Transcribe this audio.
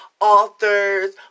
authors